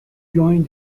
joined